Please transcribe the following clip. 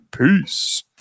peace